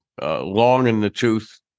long-in-the-tooth